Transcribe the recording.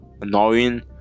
annoying